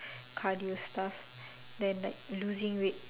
cardio stuff then like losing weight